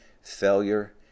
failure